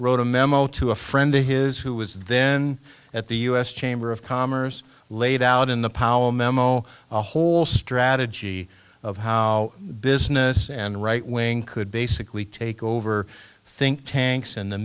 wrote a memo to a friend of his who was then at the u s chamber of commerce laid out in the powell memo a whole strategy of how business and right wing could basically take over think tanks in the